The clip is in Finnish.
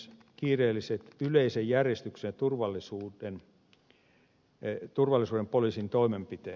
sitten kiireelliset yleisen järjestyksen ja turvallisuuden poliisin toimenpiteet